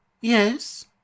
Yes